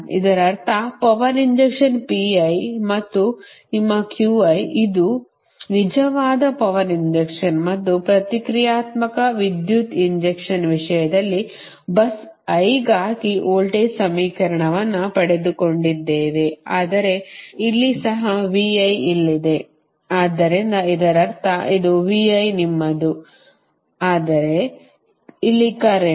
ಇದರರ್ಥ power injection ಮತ್ತು ನಿಮ್ಮ ಅದು ನಿಜವಾದ ಪವರ್ ಇಂಜೆಕ್ಷನ್ ಮತ್ತು ಪ್ರತಿಕ್ರಿಯಾತ್ಮಕ ವಿದ್ಯುತ್ ಇಂಜೆಕ್ಷನ್ ವಿಷಯದಲ್ಲಿ bus i ಗಾಗಿ ವೋಲ್ಟೇಜ್ ಸಮೀಕರಣವನ್ನು ಪಡೆದುಕೊಂಡಿದ್ದೇವೆ ಆದರೆ ಇಲ್ಲಿ ಸಹ ಇಲ್ಲಿದೆ ಆದ್ದರಿಂದ ಇದರರ್ಥ ಇದು ನಿಮ್ಮದು ಆದರೆ ಇಲ್ಲಿ ಕರೆಂಟ್